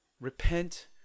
Repent